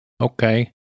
Okay